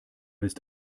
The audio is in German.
ist